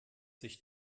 sich